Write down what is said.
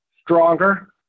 stronger